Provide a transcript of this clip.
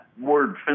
word